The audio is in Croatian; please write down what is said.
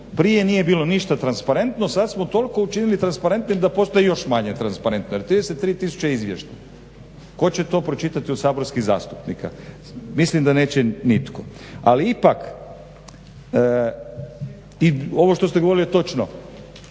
Prije nije bilo ništa transparentno, sad smo toliko učinili transparentnim da postaje još manje transparentno. Jer 33 tisuće izvještaja tko će to pročitati od saborskih zastupnika? Mislim da neće nitko. Ali ipak i ovo što ste govorili je točno